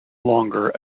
longer